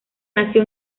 nació